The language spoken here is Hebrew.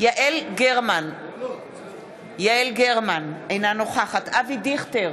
יעל גרמן, אינה נוכחת אבי דיכטר,